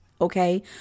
Okay